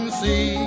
see